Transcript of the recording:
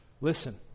listen